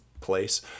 place